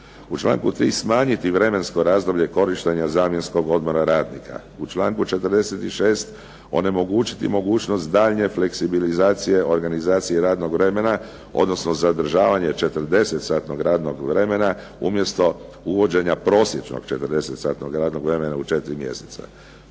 U članku 3. smanjiti vremensko razdoblje korištenja zamjenskog korištenja radnika. U članku 46. onemogućiti nemogućnost daljnje fleksibilizacije organizacije radnog vremena, odnosno zadržavanje 48 satnog radnog vremena, umjesto uvođenja prosječnog 40 satnog vremena u 4 mjeseca.